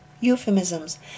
euphemisms